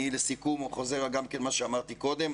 לסיכום, אני חוזר על מה שאמרתי קודם.